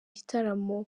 gitaramo